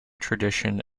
tradition